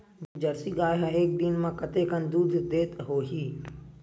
Jersey गाय ह एक दिन म कतेकन दूध देत होही?